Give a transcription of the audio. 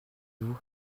vous